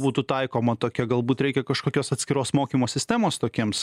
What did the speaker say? būtų taikoma tokia galbūt reikia kažkokios atskiros mokymo sistemos tokiems